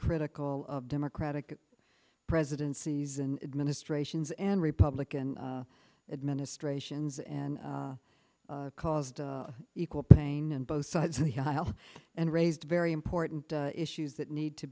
critical of democratic presidents season administrations and republican administrations and caused equal pain in both sides of the aisle and raised very important issues that need to